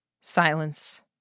Silence